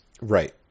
Right